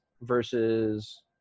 versus